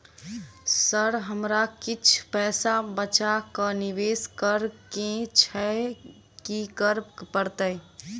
Sir हमरा किछ पैसा बचा कऽ निवेश करऽ केँ छैय की करऽ परतै?